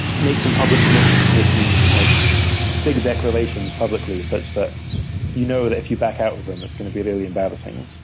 make some public commitments, make some like big declarations publicly such that you know that if you back out with them, it's going to be really embarrassing.